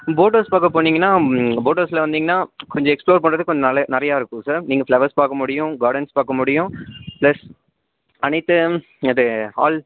boathouse பார்க்க போனீங்கன்னா போட்வுஸில் வந்தீங்கன்னா கொஞ்சம் எக்ஸ்பளோர் பண்ணுறது கொஞ்சம்ல நிறையா இருக்கும் சார் நீங்கள் ஃப்ளவர்ஸ் பார்க்க முடியும் கார்டன்ஸ் பார்க்க முடியும் ப்ளஸ் அனைத்து அது ஹால்